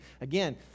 again